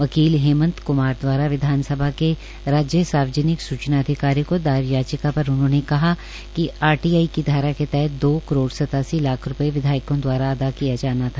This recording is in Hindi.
वकील हेमन्त क्मार द्वारा विधानसभा के राज्य सार्वजनिक सूचना अधिकारी को दायर याचिकापर उन्होंने कहा कि आरटीआई की धारा के तहत दो करोड़ सत्तासी लाख रूपये विधायकों दवारा अदा किया जाना था